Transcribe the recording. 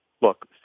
Look